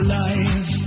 life